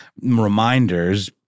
reminders